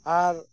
ᱟᱨ